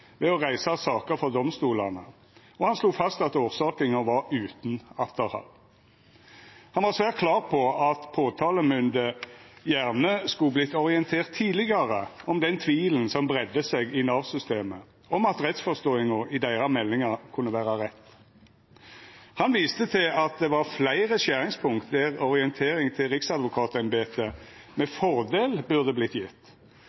ved å reisa saker for domstolane, og han slo fast at orsakinga var utan atterhald. Han var svært klar på at påtalemynda gjerne skulle ha vorte orientert tidlegare om den tvilen som breidde seg i Nav-systemet om at rettsforståinga i meldingane deira kunne vera rett. Han viste til at det var fleire skjeringspunkt der det med fordel burde ha vorte gjeve orientering til riksadvokatembetet,